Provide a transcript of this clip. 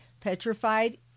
petrified